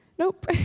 Nope